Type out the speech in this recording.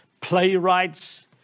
playwrights